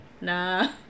nah